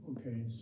Okay